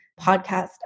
podcast